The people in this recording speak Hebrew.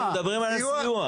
לגבי רף הענישה,